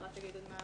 אפרת תגיד עוד מה